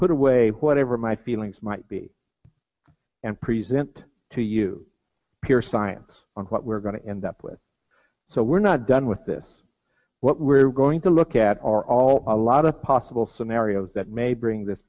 put away whatever my feelings might be and present to you pure science on what we're going to end up with so we're not done with this what we're going to look at are all a lot of possible scenarios that may bring this